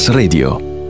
Radio